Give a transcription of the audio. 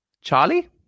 Charlie